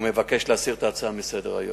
ומבקש להסיר את ההצעה מסדר-היום.